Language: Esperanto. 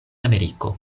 ameriko